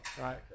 right